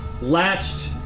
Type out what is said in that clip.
latched